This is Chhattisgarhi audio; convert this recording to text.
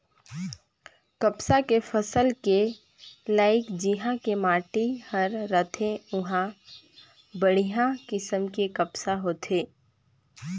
कपसा के फसल के लाइक जिन्हा के माटी हर रथे उंहा बड़िहा किसम के कपसा होथे